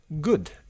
good